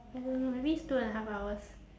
I don't know maybe it's two and a half hours